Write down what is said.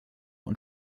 und